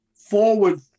forward